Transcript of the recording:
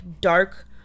dark